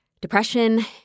depression